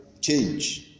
change